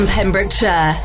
Pembrokeshire